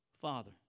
Father